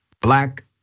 black